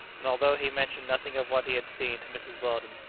and although he mentioned nothing of what he had seen to mrs. weldon,